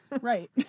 Right